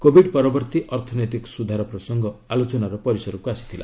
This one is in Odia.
କୋବିଡ୍ ପରବର୍ତ୍ତୀ ଅର୍ଥନୈତିକ ସୁଧାର ପ୍ରସଙ୍ଗ ଆଲୋଚନାର ପରିସରକୁ ଆସିଥିଲା